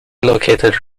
located